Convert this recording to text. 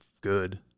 good